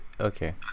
okay